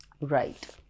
Right